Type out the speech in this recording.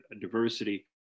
diversity